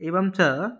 एवं च